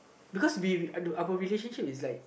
because we we our relationship is like